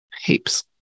heaps